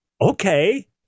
Okay